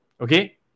Okay